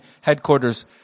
headquarters